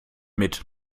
mit